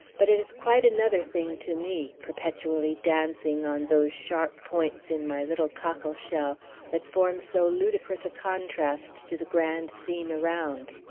but it is quite another thing to me, perpetually dancing on those sharp points in my little cockleshell that forms so ludicrous a contrast to the grand scene around.